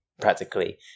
practically